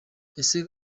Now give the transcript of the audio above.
ese